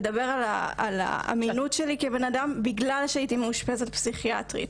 לדבר על האמינות שלי כבן אדם - בגלל שהייתי מאושפזת פסיכיאטרית.